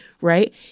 right